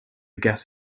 gas